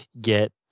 get